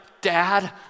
Dad